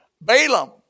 Balaam